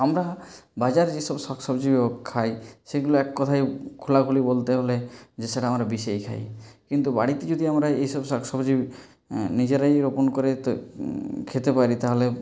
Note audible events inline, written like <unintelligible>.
আমরা বাজারে যে সব শাক সবজি খাই সেগুলো এক কথায় খোলাখুলি বলতে হলে যে সেটা আমরা বীষই খাই কিন্তু বাড়িতে যদি আমরা এইসব শাক সবজি নিজেরাই রোপণ করে <unintelligible> খেতে পারি তাহলে